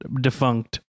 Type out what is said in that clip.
defunct